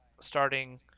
starting